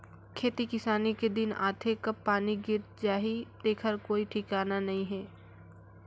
खेती किसानी के दिन आथे कब पानी गिर जाही तेखर कोई ठिकाना नइ हे